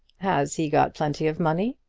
has he got plenty of money?